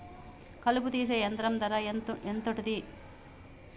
కలుపు తీసే యంత్రం ధర ఎంతుటది?